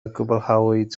gwblhawyd